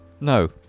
No